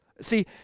See